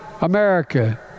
America